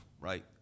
right